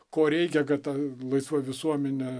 ko reikia kad ta laisva visuomenė